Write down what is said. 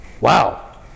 wow